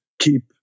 keep